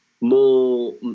more